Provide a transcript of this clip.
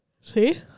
See